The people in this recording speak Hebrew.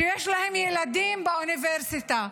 שיש להם ילדים באוניברסיטה,